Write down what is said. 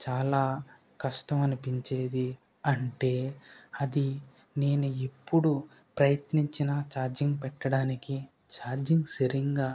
చాలా కష్టం అనిపించేది అంటే అది నేను ఎప్పుడు ప్రయత్నించిన చార్జింగ్ పెట్టడానికి ఛార్జింగ్ సరిగ్గా